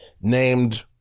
named